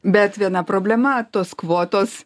bet viena problema tos kvotos